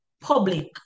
public